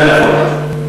זה נכון.